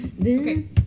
Okay